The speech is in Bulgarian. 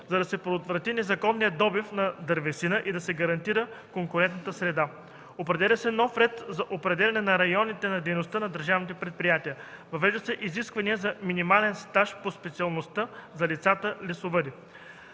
за да се предотврати незаконният добив на дървесина и да се гарантира конкурентната среда. Определя се нов ред за определяне на районите на дейност на държавните предприятия. Въвеждат се изисквания за минимален стаж по специалността за лицата лесовъди.